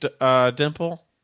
Dimple